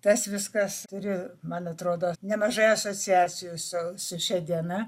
tas viskas turi man atrodo nemažai asociacijų su su šia diena